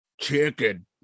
Chicken